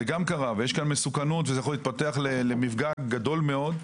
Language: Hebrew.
יש פה מסוכנות וזה יכול להתפתח למפגע גדול מאוד.